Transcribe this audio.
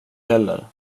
heller